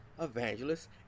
evangelists